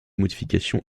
modifications